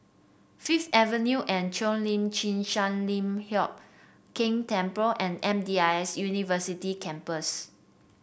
Fifth Avenue Cheo Lim Chin Sun Lian Hup Keng Temple and M D I S University Campus